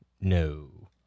No